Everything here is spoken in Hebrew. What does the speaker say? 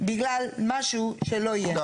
בגלל משהו שלא יהיה.